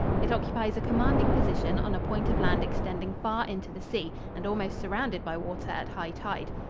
it occupies a commanding position on a point of land extending far into the sea and almost surrounded by water at high tide.